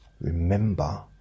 Remember